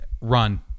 Run